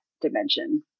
dimension